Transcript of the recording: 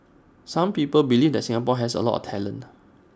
some people believe that Singapore has A lot of talent